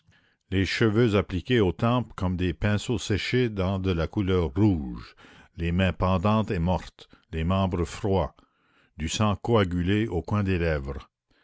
les cheveux appliqués aux tempes comme des pinceaux séchés dans de la couleur rouge les mains pendantes et mortes les membres froids du sang coagulé au coin des lèvres